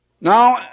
Now